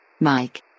Mike